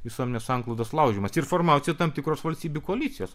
visuomenės sanklodos laužymas ir formavosi tam tikros valstybių koalicijos